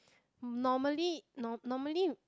normally normally